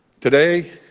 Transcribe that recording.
Today